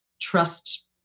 trust